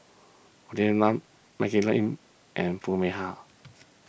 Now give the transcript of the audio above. Olivia Lum Maggie Lim and Foo Mee Har